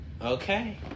Okay